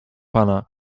pana